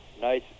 nice